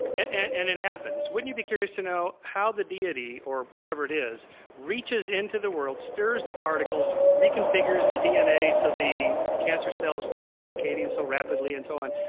and it happens. wouldn't you be curious to know how the deity or whatever it is reaches into the world, stirs the particles, reconfigures the dna so the cancer cells quit replicating so rapidly and so on.